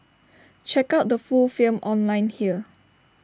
check out the full film online here